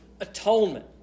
atonement